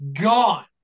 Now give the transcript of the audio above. gone